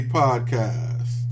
podcast